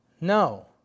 No